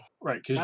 right